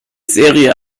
serie